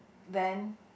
then